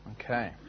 Okay